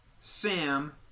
Sam